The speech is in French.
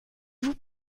vous